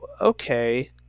okay